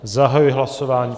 Zahajuji hlasování.